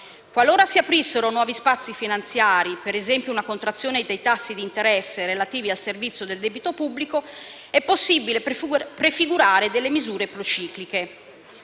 Qualora si aprissero nuovi spazi finanziari, per esempio una contrazione dei tassi di interesse relativi al servizio del debito pubblico, è possibile prefigurare delle misure procicliche.